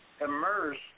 immersed